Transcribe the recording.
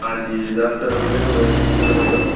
हंजी दस रुपये किलोमिटर